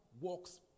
works